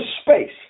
space